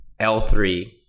L3